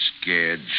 Scared